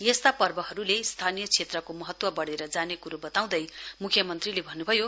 यस्ता पर्वहरुले स्थानीय क्षेत्रके महत्व बढेर जाने कुरो बताउँदै मुख्यमन्त्रीले भन्नुभयो